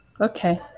Okay